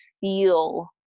feel